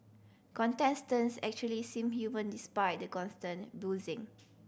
contestants actually seem human despite the constant boozing